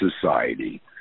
society